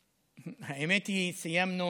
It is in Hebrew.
האמת היא, סיימנו,